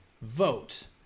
vote